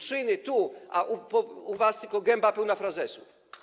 Czyny - tu, a u was tylko gęba pełna frazesów.